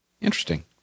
Interesting